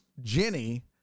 Jenny